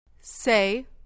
say